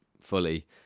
fully